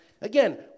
Again